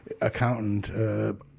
accountant